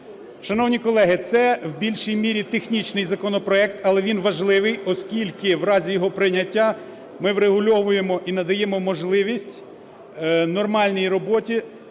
Шановні колеги, це в більшій мірі технічний законопроект, але він важливий, оскільки в разі його прийняття ми врегульовуємо і надаємо можливість нормальній роботі